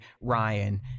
Ryan